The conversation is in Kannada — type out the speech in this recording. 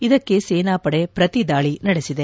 ಇದಕ್ಕೆ ಸೇನಾಪಡೆ ಪ್ರತಿ ದಾಳಿ ನಡೆಸಿದೆ